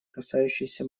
касающейся